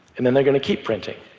and then they're going to keep printing,